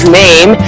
name